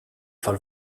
for